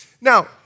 Now